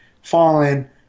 fallen